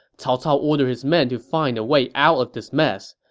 cao cao ordered his men to find a way out of this mess.